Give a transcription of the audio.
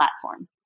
platform